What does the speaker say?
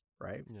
Right